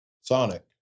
Sonic